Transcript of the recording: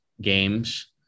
games